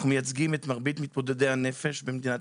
אנחנו מייצגים את מרבית מתמודדי הנפש במדינת